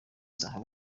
zahabu